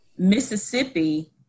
Mississippi